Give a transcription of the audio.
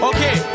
Okay